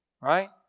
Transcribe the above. Right